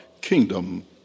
kingdom